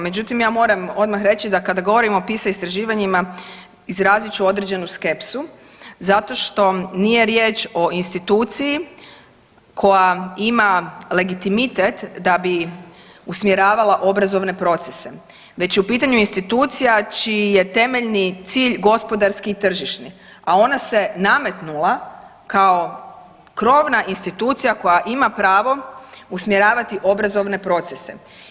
Međutim, ja moram odmah reći da kada govorimo o PISA istraživanjima izrazit ću određenu skepsu zato što nije riječ o instituciji koja ima legitimitet da bi usmjeravala obrazovne procese već je u pitanju institucija čiji je temeljni cilj gospodarski i tržišni, a ona se nametnula kao krovna institucija koja ima pravo usmjeravati obrazovne procese.